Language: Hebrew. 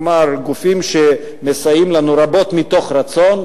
כלומר גופים שמסייעים לנו רבות מתוך רצון,